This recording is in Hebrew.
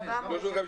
כללי 2018 או כללי